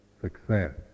success